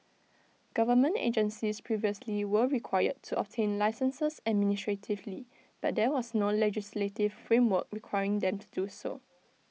government agencies previously were required to obtain licences administratively but there was no legislative framework requiring them to do so